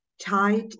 tied